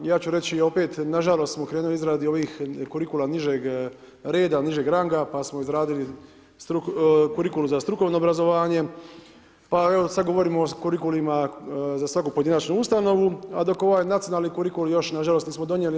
Ja ću reći opet, nažalost, smo krenuli u izradu ovih kurikula nižeg reda, nižeg ranga, pa smo izradili kurikulu za strukovno obrazovanje, pa evo sad govorimo o kurikulima za svaku pojedinačnu ustanovu, a dok ovaj nacionalni kurikul još nažalost nismo donijeli.